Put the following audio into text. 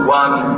one